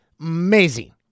amazing